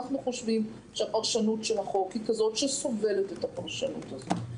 אנחנו חושבים שהפרשנות של החוק היא כזאת שסובלת את הפרשנות הזאת,